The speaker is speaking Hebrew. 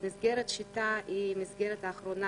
מסגרת "שיטה" היא המסגרת האחרונה